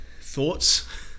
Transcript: thoughts